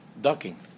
ducking